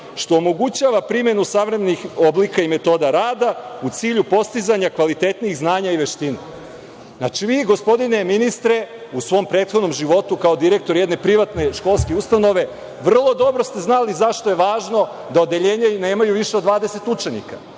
što omogućava primenu savremenih oblika i metoda rada, u cilju postizanja kvalitetnijih znanja i veština. Znači, vi, gospodine ministre, u svom prethodnom životu, kao direktor jedne privatne školske ustanove, vrlo dobro ste znali zašto je važno da odeljenja nemaju više od 20 učenika